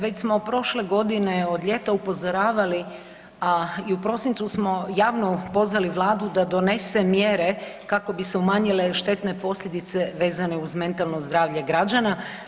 Već smo prošle godine od ljeta upozoravali, a i u prosincu smo javno pozvali vladu da donese mjere kako bi se umanjile štetne posljedice vezane uz mentalno zdravlja građana.